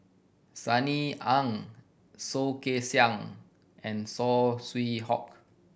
Sunny Ang Soh Kay Siang and Saw Swee Hock